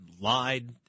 lied